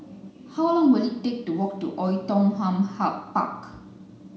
how long will it take to walk to Oei Tiong Ham Park